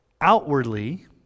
outwardly